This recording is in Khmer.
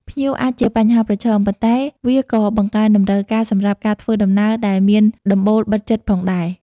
ភ្លៀងអាចជាបញ្ហាប្រឈម ប៉ុន្តែវាក៏បង្កើនតម្រូវការសម្រាប់ការធ្វើដំណើរដែលមានដំបូលបិទជិតផងដែរ។